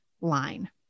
line